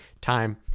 time